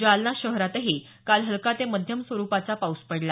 जालना शहरातही काल हलका ते मध्यम स्वरुपाचा पाऊस पडला